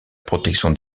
protection